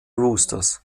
roosters